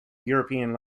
european